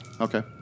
okay